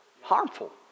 harmful